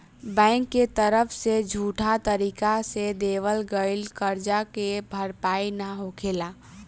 bank के तरफ से झूठा तरीका से देवल गईल करजा के भरपाई ना होखेला